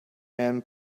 men